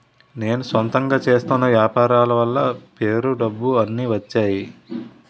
నేను సొంతంగా చేస్తున్న వ్యాపారాల వల్ల పేరు డబ్బు అన్ని వచ్చేయి